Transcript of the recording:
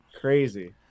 Crazy